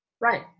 Right